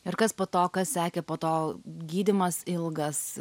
ir kas po to kas sekė po to gydymas ilgas